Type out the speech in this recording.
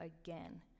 again